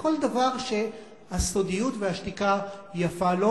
בכל דבר שהסודיות והשתיקה יפה לו,